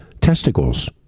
testicles